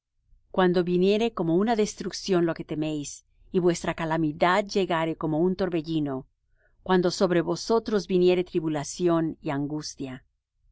cuando viniere como una destrucción lo que teméis y vuestra calamidad llegare como un torbellino cuando sobre vosotros viniere tribulación y angustia